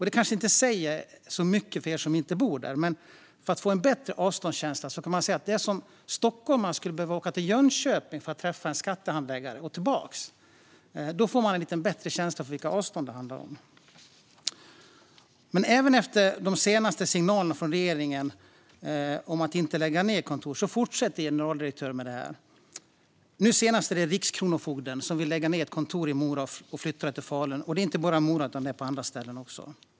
Det kanske inte säger så mycket för er som inte bor där, men för att få en bättre avståndskänsla är det som om stockholmarna skulle behöva åka till Jönköping för att träffa en skattehandläggare och sedan tillbaka. Det ger en känsla för vilka avstånd det handlar om. Även efter de senaste signalerna från regeringen om att inte lägga ned kontor fortsätter generaldirektörer med detta. Nu senast är det Rikskronofogden som vill lägga ned kontoret i Mora och flytta det till Falun. Och det gäller inte bara Mora utan även andra ställen.